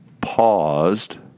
paused